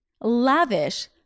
lavish